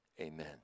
Amen